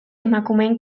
emakumeen